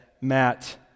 Matt